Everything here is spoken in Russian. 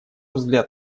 взгляд